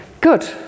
Good